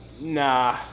nah